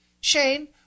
Shane